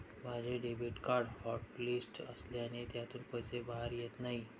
माझे debit card hotlist असल्याने त्यातून पैसे बाहेर येत नाही